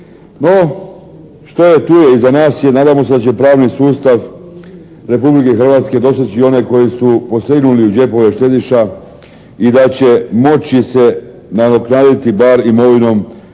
No što je tu je. Iza nas je. Nadamo se da će pravni sustav Republike Hrvatske dostići one koji su posegnuli u džepove štediša i da će moći se nadoknaditi bar imovinom